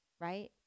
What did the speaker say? right